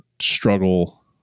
struggle